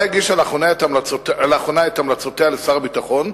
הגישה לאחרונה את המלצותיה לשר הביטחון,